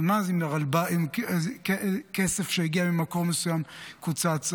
אז אם כסף שהגיע ממקום מסוים קוצץ,